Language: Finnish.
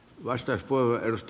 arvoisa puhemies